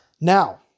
Now